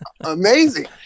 amazing